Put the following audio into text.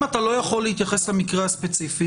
אם אתה לא יכול להתייחס למקרה הספציפי,